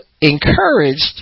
encouraged